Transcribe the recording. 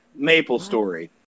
MapleStory